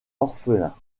orphelin